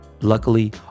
Luckily